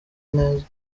neza